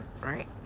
right